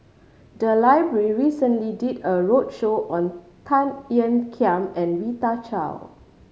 the library recently did a roadshow on Tan Ean Kiam and Rita Chao